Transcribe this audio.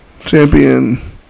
champion